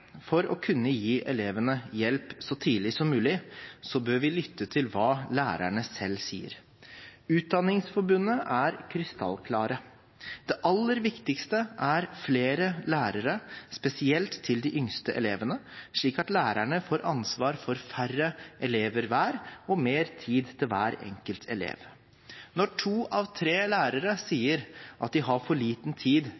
for å kunne gi elevene hjelp så tidlig som mulig, bør vi lytte til hva lærerne selv sier. Fra Utdanningsforbundets side er man krystallklar: Det aller viktigste er flere lærere, spesielt til de yngste elevene, slik at lærerne får ansvar for færre elever hver og mer tid til hver enkelt elev. Når to av tre lærere sier at de har for liten tid